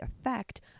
effect